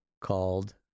called